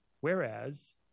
whereas